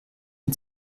mit